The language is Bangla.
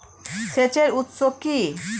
সেচের উৎস কি?